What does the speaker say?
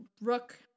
rook